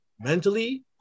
Mentally